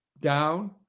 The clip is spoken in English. down